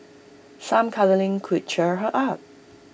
some cuddling could cheer her up